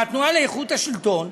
מהתנועה לאיכות השלטון,